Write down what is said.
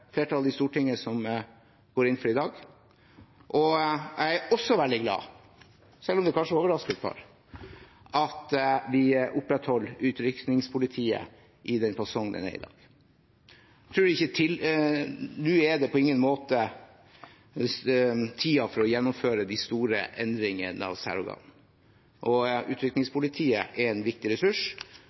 flertall i Stortinget som går inn for i dag. Jeg er også veldig glad for – selv om det kanskje overrasker et par – at vi opprettholder utrykningspolitiet i den fasongen det har i dag. Nå er det på ingen måte tiden for å gjennomføre de store endringene av særorganene. Utrykningspolitiet er en viktig ressurs,